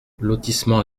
lotissement